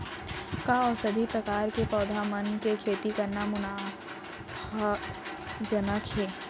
का औषधीय प्रकार के पौधा मन के खेती करना मुनाफाजनक हे?